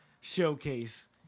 showcase